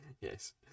Yes